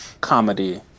comedy